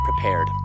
prepared